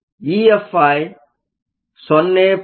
ಆದ್ದರಿಂದ EFi 0